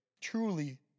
truly